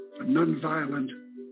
nonviolent